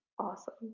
Awesome